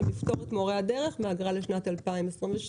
לפטור את מורי הדרך מאגרה לשנת 2022,